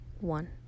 One